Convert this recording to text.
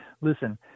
listen